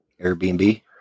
Airbnb